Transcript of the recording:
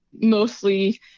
mostly